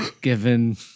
given